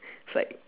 it's like